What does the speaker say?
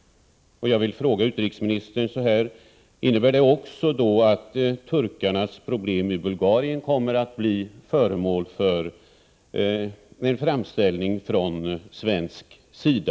Jag vill fråga utrikesministern: Innebär det att turkarnas problem i Bulgarien kommer att bli föremål för en framställning från svensk sida?